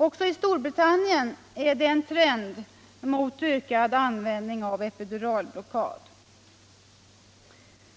Även , Storbritannien är det en trend mot ökad användning av epiduralblockad.